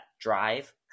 drive